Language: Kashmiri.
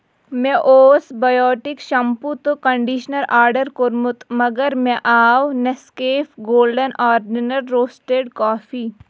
مےٚ اوس بایوٹک شمپوٗ تہٕ کٔنڈِشنر آرڈر کوٚرمُت مگر مےٚ آو Nescafe gold original roasted کافی